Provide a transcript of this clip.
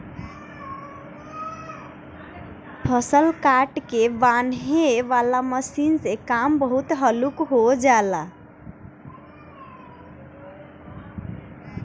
फसल काट के बांनेह वाला मशीन से काम बहुत हल्लुक हो जाला